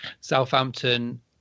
Southampton